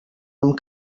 amb